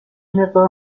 مقدار